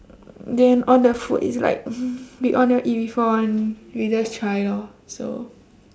then all the food is like we all never eat before [one] we just try lor so